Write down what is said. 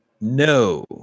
No